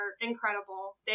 incredible